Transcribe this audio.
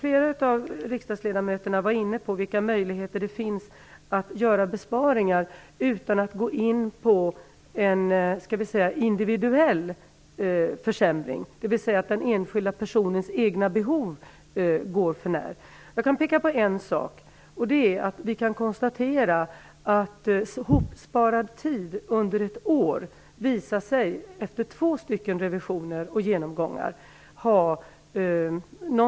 Flera av riksdagsledamöterna var inne på vilka möjligheter det finns att göra besparingar utan att gå in på en individuell försämring, dvs. att man går den enskilda personens egna behov för när. Jag kan peka på en sak. Efter två revisioner och genomgångar kan vi konstatera att den hopsparad tiden under ett år visar sig ligga någonstans mellan 6 % och 8 %.